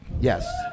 Yes